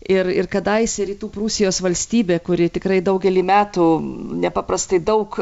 ir ir kadaise rytų prūsijos valstybė kuri tikrai daugelį metų nepaprastai daug